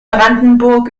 brandenburg